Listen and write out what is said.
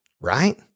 right